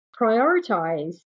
prioritize